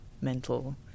mental